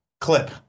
clip